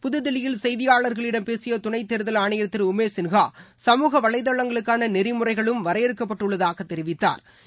புதுதில்லியில் செய்தியாளர்களிடம் பேசிய துணைத் தேர்தல் ஆணையர் திரு உமேஷ் சின்ஹா சமூக வலைதளங்களுக்கான நெறிமுறைகளும் வரையறுக்கப்பட்டுள்ளதாக தெரிவித்தாா்